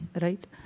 right